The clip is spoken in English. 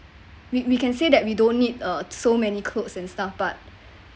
we we can say that we don't need uh so many clothes and stuff but